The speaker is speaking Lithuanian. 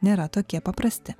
nėra tokie paprasti